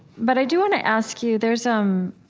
but i do want to ask you there's um